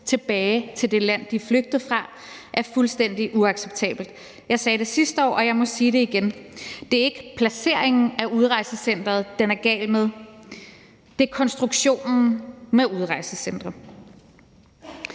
tilbage til det land, de er flygtet fra, er fuldstændig uacceptabel. Jeg sagde det sidste år, og jeg må sige det igen: Det er ikke placeringen af udrejsecenteret, den er gal med; det er konstruktionen med udrejsecentre.